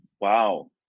Wow